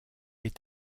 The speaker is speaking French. est